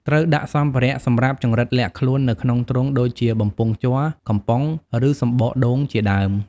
ត្រូវដាក់សម្ភារៈសម្រាប់ចង្រិតលាក់ខ្លួននៅក្នុងទ្រុង ដូចជា បំពង់ជ័រ កំប៉ុង ឬ សំបកដូងជាដើម។